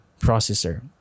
processor